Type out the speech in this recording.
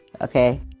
okay